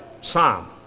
Psalm